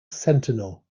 sentinel